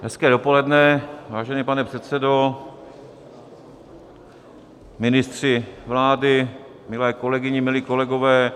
Hezké dopoledne, vážený pane předsedo, ministři vlády, milé kolegyně, milí kolegové.